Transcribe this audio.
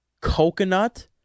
coconut